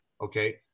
okay